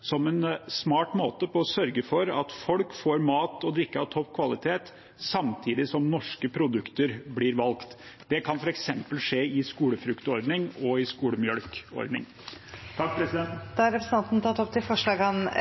som en smart måte for å sørge for at folk får mat og drikke av topp kvalitet, samtidig som norske produkter blir valgt. Det kan f.eks. skje i skolefruktordningen og i skolemelkordningen. Representanten Nils Kristen Sandtrøen har tatt opp de forslagene han